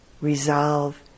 resolve